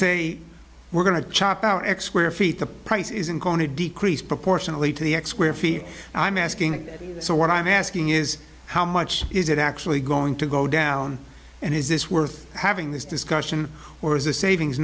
say we're going to chop our x where feet the price isn't going to decrease proportionately to the x where feet i'm asking so what i'm asking is how much is it actually going to go down and is this worth having this discussion or is a savings